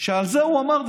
על זה הוא אמר,